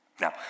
Now